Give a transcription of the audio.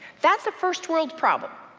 that's a first world problem.